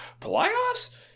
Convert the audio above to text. Playoffs